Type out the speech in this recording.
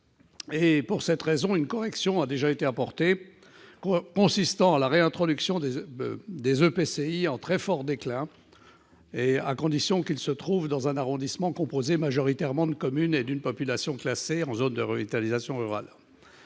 Pour cette raison, une correction a été apportée, consistant en la réintroduction des EPCI en très fort déclin, à condition qu'ils se trouvent dans un arrondissement composé majoritairement de communes et d'une population classées en zone de revitalisation rurale.